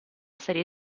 serie